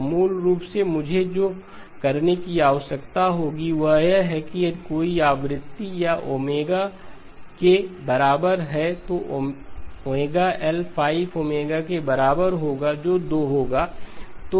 तो मूल रूप से मुझे जो करने की आवश्यकता होगी वह यह है कि यदि कोई आवृत्ति या ओमेगा 25 के बराबर है तो ωL 5ω के बराबर होगा जो 2 होगा